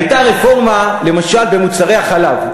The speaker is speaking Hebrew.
הייתה רפורמה, למשל, במוצרי החלב.